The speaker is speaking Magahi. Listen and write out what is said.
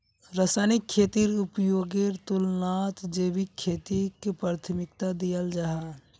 रासायनिक खेतीर उपयोगेर तुलनात जैविक खेतीक प्राथमिकता दियाल जाहा